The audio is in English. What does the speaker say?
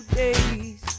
days